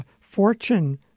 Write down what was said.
Fortune